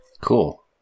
Cool